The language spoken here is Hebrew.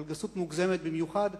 אבל גסות מוגזמת במיוחד,